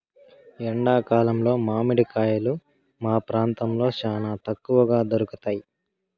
ఎండా కాలంలో మామిడి కాయలు మా ప్రాంతంలో చానా తక్కువగా దొరుకుతయ్